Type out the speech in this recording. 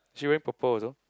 she wearing purple also